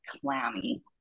clammy